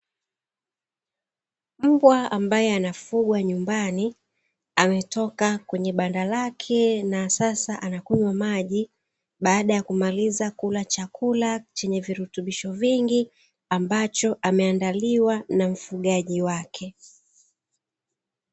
Mbwa ambae anafugwa nyumbani, ametoka kwenye banda lake na sasa anakunywa maji, baada ya kumaliza kula chakula chenye virutubisho vingi ambacho ameandaliwa na mfugaji wake.